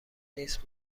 نیست